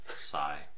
Sigh